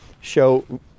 show